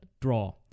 draw